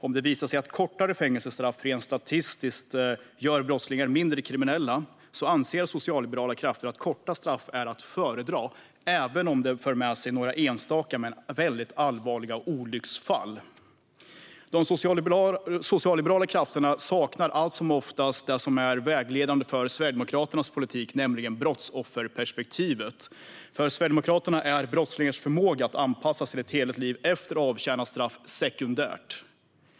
Om det visar sig att kortare fängelsestraff rent statistiskt gör brottslingar mindre kriminella anser socialliberala krafter att korta straff är att föredra, även om det för med sig några enstaka, men väldigt allvarliga, olycksfall. De socialliberala krafterna saknar allt som oftast det som är vägledande för Sverigedemokraternas politik, nämligen brottsofferperspektivet. För Sverigedemokraterna är brottslingars förmåga att anpassa sig till ett hederligt liv efter avtjänat straff sekundärt.